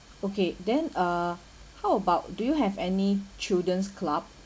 okay then uh how about do you have any children's club